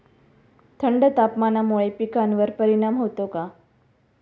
थंड तापमानामुळे पिकांवर परिणाम होतो का?